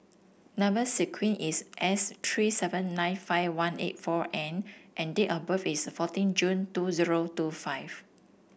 number sequence is S three seven nine five one eight four N and date of birth is fourteen June two zero two five